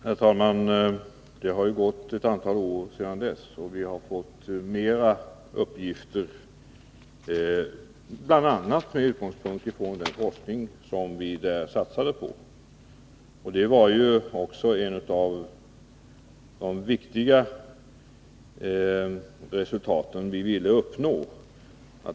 Herr talman! Det har gått ett antal år sedan dess, och vi har fått flera uppgifter, bl.a. med utgångspunkt i den forskning som vi då satsade på. Det var också ett av de viktiga resultat som vi ville uppnå.